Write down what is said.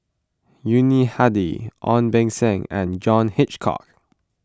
Yuni Hadi Ong Beng Seng and John Hitchcock